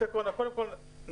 קודם כל,